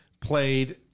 played